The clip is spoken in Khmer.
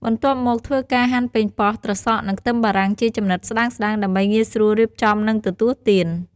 បន្ទាប់មកធ្វើការហាន់ប៉េងប៉ោះ ត្រសក់ និងខ្ទឹមបារាំងជាចំណិតស្តើងៗ ដើម្បីងាយស្រួលរៀបចំ និងទទួលទាន។